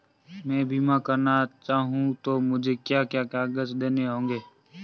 मैं बीमा करना चाहूं तो मुझे क्या क्या कागज़ देने होंगे?